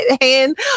hand